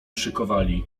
szykowali